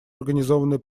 организованной